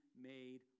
made